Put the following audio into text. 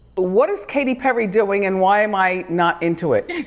what is katy perry doing and why am i not into it?